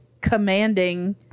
commanding